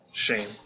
Shame